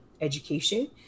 education